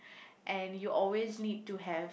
and you always need to have